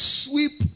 sweep